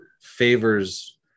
favors